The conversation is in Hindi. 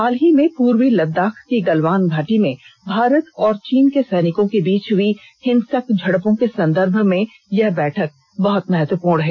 हाल ही में पूर्वी लद्दाख की गलवान घाटी में भारत और चीन के सैनिकों के बीच हई हिंसक झडपों के संदर्भ में यह बैठक बहत महत्वपूर्ण है